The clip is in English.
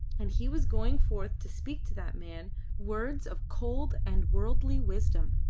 and he was going forth to speak to that man words of cold and worldly wisdom.